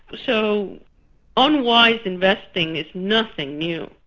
so unwise investing is nothing new.